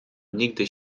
nigdy